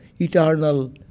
eternal